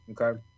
Okay